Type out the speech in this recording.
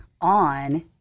on